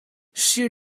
she